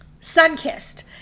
sunkissed